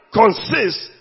consists